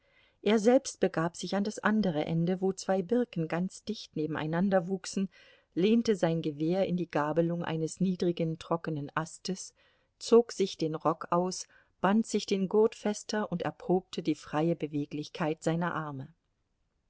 er selbst begab sich an das andere ende wo zwei birken ganz dicht nebeneinander wuchsen lehnte sein gewehr in die gabelung eines niedrigen trockenen astes zog sich den rock aus band sich den gurt fester und erprobte die freie beweglichkeit seiner arme